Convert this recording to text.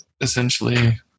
essentially